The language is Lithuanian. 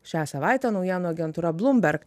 šią savaitę naujienų agentūra bloomberg